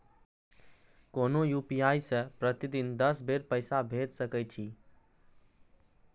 कोनो यू.पी.आई सं प्रतिदिन दस बेर पैसा भेज सकै छी